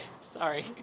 Sorry